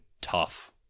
tough